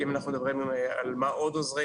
אם אנחנו מדברים על מה עוד עוזרים,